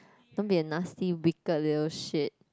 don't be a nasty wicked little shit